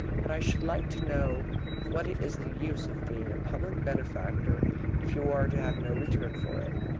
but i should like to know what is the use of being a public benefactor if you are to have no return for it.